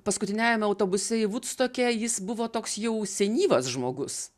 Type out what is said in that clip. paskutiniajame autobuse į vudstoke jis buvo toks jau senyvas žmogus